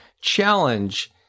Challenge